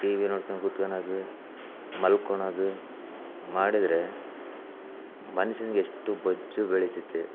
T V ನೋಡ್ಕಂಡು ಕುತ್ಕಳದು ಮಲ್ಕೊಳದು ಮಾಡಿದರೆ ಮನ್ಷನಿಗೆ ಎಷ್ಟು ಬೊಜ್ಜು ಬೆಳಿತೈತೆ